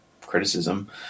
criticism